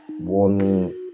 one